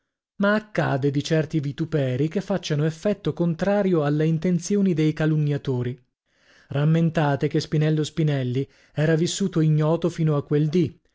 ma accade di certi vituperi che facciano effetto contrario alle intenzioni dei calunniatori rammentate che spinello spinelli era vissuto ignoto fino a quel dì